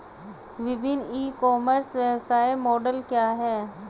विभिन्न e commerce व्यवसाय model क्या हैं?